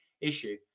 issue